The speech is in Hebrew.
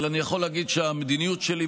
אבל אני יכול להגיד שהמדיניות שלי,